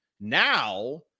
now